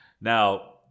Now